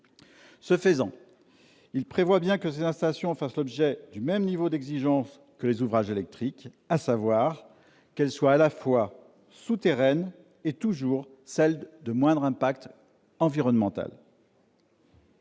Ce faisant, il prévoit bien que ces installations fassent l'objet du même niveau d'exigence que les ouvrages électriques, à savoir qu'elles soient à la fois « souterraines et toujours celles de moindre impact environnemental